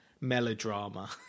melodrama